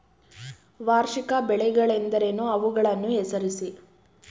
ವಾರ್ಷಿಕ ಬೆಳೆಗಳೆಂದರೇನು? ಅವುಗಳನ್ನು ಹೆಸರಿಸಿ?